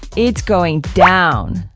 it's goin' down.